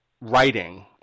writing